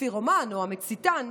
הפירומן, או המציתן,